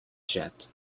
jet